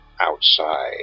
outside